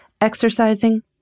exercising